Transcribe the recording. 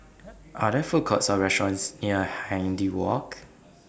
Are There Food Courts Or restaurants near Hindhede Walk